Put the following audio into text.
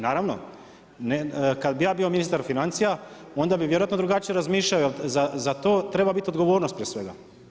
Naravno kada bih ja bio ministar financija onda bi vjerojatno drugačije razmišljao jer za to treba biti odgovornost prije svega.